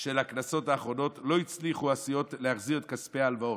של הכנסות האחרונות לא הצליחו הסיעות להחזיר את כספי ההלוואות.